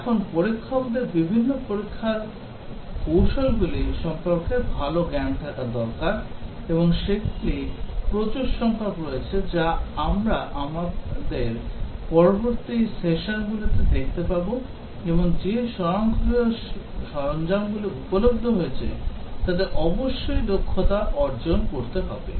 এখন পরীক্ষকদের বিভিন্ন পরীক্ষার কৌশলগুলি সম্পর্কে ভাল জ্ঞান থাকা দরকার এবং সেগুলি প্রচুর সংখ্যা রয়েছে যা আমরা আমাদের পরবর্তী সেশনগুলিতে দেখতে পাব এবং যে স্বয়ংক্রিয় সরঞ্জামগুলি উপলভ্য হয়েছে অবশ্যই তাতে দক্ষতা অর্জন করতে হবে